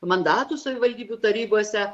mandatų savivaldybių tarybose